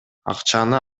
акчаны